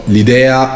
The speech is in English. L'idea